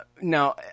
Now